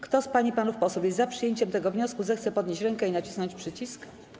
Kto z pań i panów posłów jest za przyjęciem tego wniosku, zechce podnieść rękę i nacisnąć przycisk.